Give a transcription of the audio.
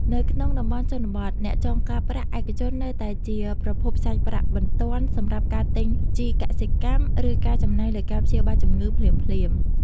នៅក្នុងតំបន់ជនបទ អ្នកចងការប្រាក់ឯកជននៅតែជាប្រភពសាច់ប្រាក់បន្ទាន់សម្រាប់ការទិញជីកសិកម្ម ឬការចំណាយលើការព្យាបាលជំងឺភ្លាមៗ។